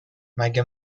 مگه